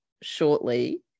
shortly